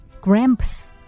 Gramps